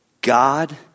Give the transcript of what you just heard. God